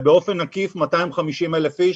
ובאופן עקיף 250,000 איש,